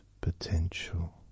potential